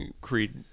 Creed